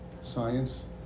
science